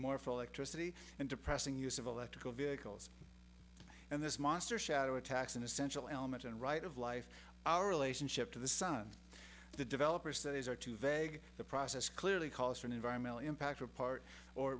more for electricity and depressing use of electrical vehicles and this monster shadow attacks an essential element and right of life our relationship to the sun the developers are too vague the process clearly calls for an environmental impact apart or